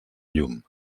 llum